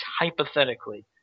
hypothetically